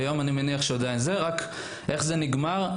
איך זה נגמר?